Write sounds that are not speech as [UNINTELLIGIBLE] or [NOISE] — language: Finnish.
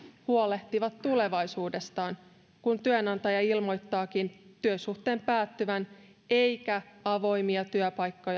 huolehtivat tulevaisuudestaan kun työnantaja ilmoittaakin työsuhteen päättyvän eikä avoimia työpaikkoja [UNINTELLIGIBLE]